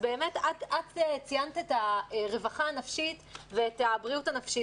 את ציינת את הרווחה הנפשית ואת הבריאות הנפשית.